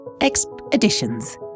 Expeditions